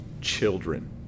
children